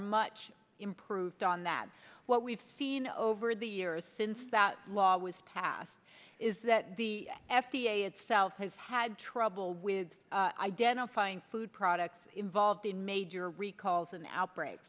much improved on that what we've seen over the years since that law was passed is that the f d a itself has had trouble with identifying food products involved in major recalls and outbreak